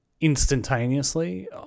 instantaneously